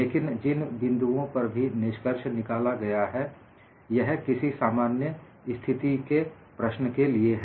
लेकिन जिन बिंदुओं पर भी निष्कर्ष निकाला गया है यह किसी सामान्य स्थिति के प्रश्न के लिए है